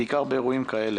במיוחד באירועים כאלה.